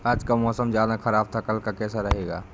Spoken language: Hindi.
आज का मौसम ज्यादा ख़राब था कल का कैसा रहेगा?